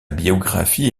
biographie